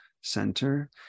Center